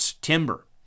timber